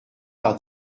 par